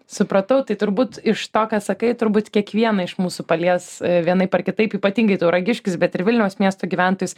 supratau tai turbūt iš to ką sakai turbūt kiekvieną iš mūsų palies vienaip ar kitaip ypatingai tauragiškius bet ir vilniaus miesto gyventojus